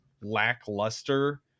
lackluster